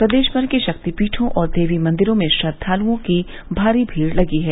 प्रदेश भर के शक्तिपीठो और देवी मंदिरों में श्रद्वालुओं की भारी भीड़ लगी है